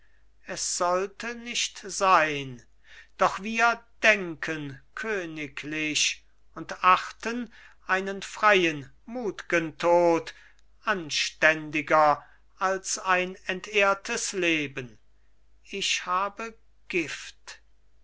es sollte nicht sein doch wir denken königlich und achten einen freien mutgen tod anständiger als ein entehrtes leben ich habe gift